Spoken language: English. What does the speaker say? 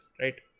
right